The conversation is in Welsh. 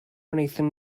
wnaethon